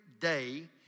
day